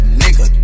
nigga